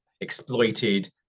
exploited